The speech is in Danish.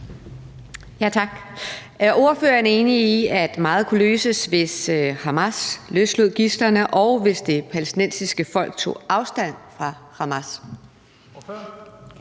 Tak. Er ordføreren enig i, at meget kunne løses, hvis Hamas løslod gidslerne, og hvis det palæstinensiske folk tog afstand fra Hamas?